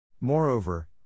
Moreover